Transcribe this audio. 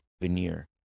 veneer